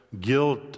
guilt